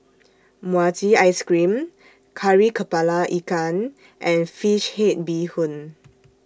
Mochi Ice Cream Kari Kepala Ikan and Fish Head Bee Hoon